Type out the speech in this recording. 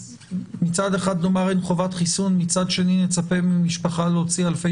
מצד אחד נאמר אין חובת חיסון ומצד שני נצפה ממשפחה להוציא אלפי